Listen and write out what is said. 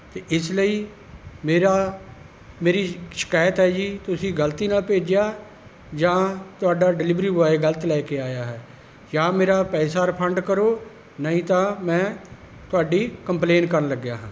ਅਤੇ ਇਸ ਲਈ ਮੇਰਾ ਮੇਰੀ ਸ਼ਿਕਾਇਤ ਹੈ ਜੀ ਤੁਸੀਂ ਗਲਤੀ ਨਾਲ ਭੇਜਿਆ ਜਾਂ ਤੁਹਾਡਾ ਡਿਲੀਵਰੀ ਬੋਆਏ ਗਲਤ ਲੈ ਕੇ ਆਇਆ ਹੈ ਜਾਂ ਮੇਰਾ ਪੈਸਾ ਰਿਫੰਡ ਕਰੋ ਨਹੀਂ ਤਾਂ ਮੈਂ ਤੁਹਾਡੀ ਕੰਪਲੇਂਟ ਕਰਨ ਲੱਗਿਆ ਹਾਂ